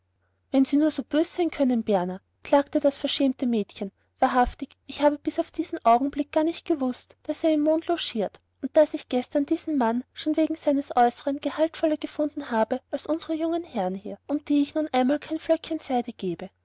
wenn sie etwa wie sie nur so bös sein können berner klagte das verschämte mädchen wahrhaftig ich habe bis auf diesen augenblick gar nicht gewußt daß er nur im mond logiert und daß ich gestern diesen mann schon wegen seines äußeren gehaltvoller gefunden habe als unsere jungen herren hier um die ich nun einmal kein flöckchen seide gebe